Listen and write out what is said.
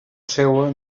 seua